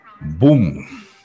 Boom